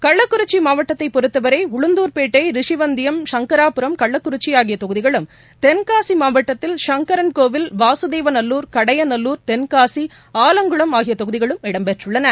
கள்ளக்குறிச்சி மாவட்டத்தை பொறுத்தவரை உளுந்துா்பேட்டை ரிஷிவந்ரியம் சங்கராபுரம் கள்ளக்குறிச்சி ஆகிய தொகுதிகளும் தென்காசி மாவட்டத்தில் சங்கரன்கோவில் வாசுதேவ நல்லூர் கடையநல்லுர் தென்காசடி ஆலங்குளம் ஆகிய தொகுதிகளும் இடம்பெற்றுள்ளன